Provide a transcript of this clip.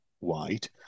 wide